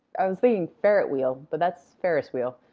i was thinking ferret wheel, but that's ferris wheel.